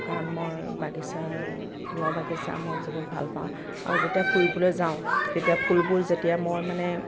কাৰণ মই বাগিচাৰ ফুলৰ বাগিচা মই বহুত ভাল পাওঁ আৰু যেতিয়া ফুৰিবলৈ যাওঁ তেতিয়া ফুলবোৰ যেতিয়া মই মানে